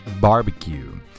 Barbecue